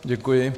Děkuji.